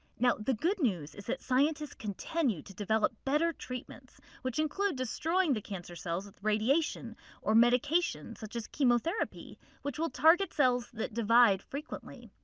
now the good news is that scientists continue to develop better treatments which include destroying the cancer cells with radiation or medication such as chemotherapy which will target cells that divide frequently.